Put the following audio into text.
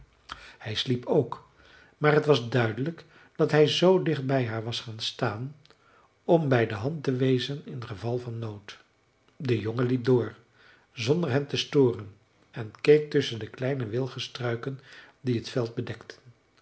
hij sliep ook maar t was duidelijk dat hij zoo dicht bij haar was gaan staan om bij de hand te wezen in geval van nood de jongen liep door zonder hen te storen en keek tusschen de kleine wilgestruiken die het veld bedekten